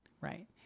Right